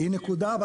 אז